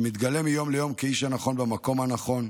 שמתגלה מיום ליום כאיש הנכון במקום הנכון,